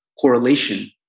correlation